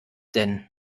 denn